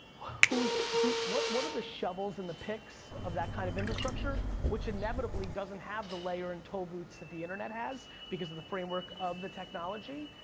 who's, what what are the shovels and the picks of that kind of infrastructure, which inevitably doesn't have the layer and tollbooths that the internet has, because of the framework of the technology.